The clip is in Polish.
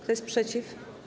Kto jest przeciw?